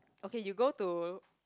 okay you go to